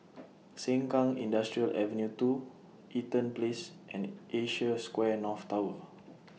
Sengkang Industrial Avenue two Eaton Place and Asia Square North Tower